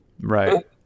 Right